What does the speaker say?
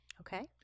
Okay